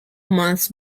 months